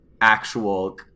actual